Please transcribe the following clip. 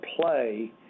play